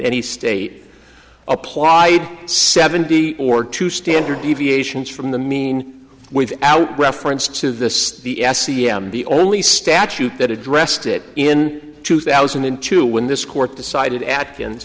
any state applied seventy or two standard deviations from the mean without reference to the only statute that addressed it in two thousand and two when this court decided at